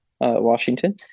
Washington